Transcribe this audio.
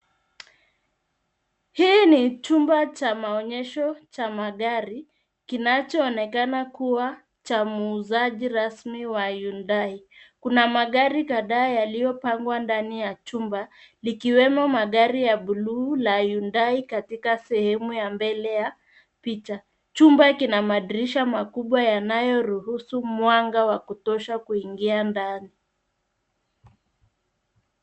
Hii ni chumba cha maonyesho cha magari kinachoonekana kuwa cha muuzaji rasmi wa Hyundai . Kuna magari kadhaa yaliyopangwa ndani ya chumba, likiwemo magari ya blue la Hyundai katika sehemu ya mbele ya picha. Chumba kina madirisha makubwa yanayoruhusu mwanga wa kutosha kuingia ndani.